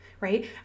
right